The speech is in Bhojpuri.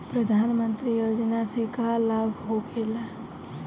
प्रधानमंत्री योजना से का लाभ होखेला?